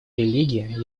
религии